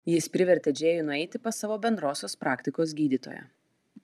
jis privertė džėjų nueiti pas savo bendrosios praktikos gydytoją